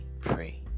pray